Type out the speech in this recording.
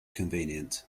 convenient